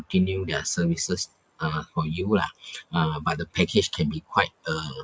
their services uh for you lah uh but the package can be quite uh